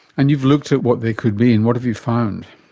and you've looked at what they could be, and what have you found?